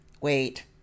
wait